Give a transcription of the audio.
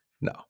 No